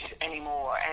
anymore